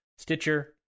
Stitcher